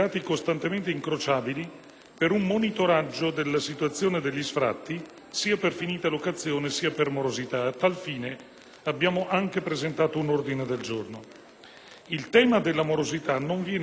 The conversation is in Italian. per un monitoraggio della situazione degli sfratti, sia per finita locazione, sia per morosità. A tal fine abbiamo anche presentato un ordine del giorno. Il tema della morosità non viene toccato dal decreto di proroga,